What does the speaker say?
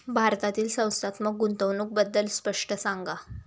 भारतातील संस्थात्मक गुंतवणूक बद्दल स्पष्ट सांगा